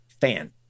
fan